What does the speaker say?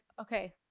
okay